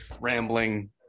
Rambling